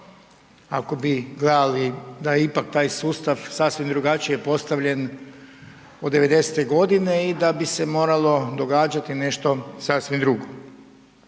ako bi gledali da ipak taj sustav sasvim drugačije postavljen od '90.-te godine i da bi se moralo događati nešto sasvim drugo.